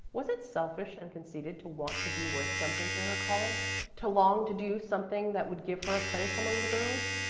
was it selfish and conceited to want to be worth something to her college to long to do something that would give her a place among the girls?